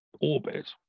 orbit